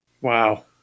Wow